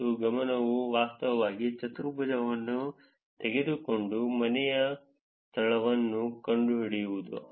ಮತ್ತು ಗಮನವು ವಾಸ್ತವವಾಗಿ ಚತುರ್ಭುಜವನ್ನು ತೆಗೆದುಕೊಂಡು ಮನೆಯ ಸ್ಥಳವನ್ನು ಕಂಡುಹಿಡಿಯುವುದು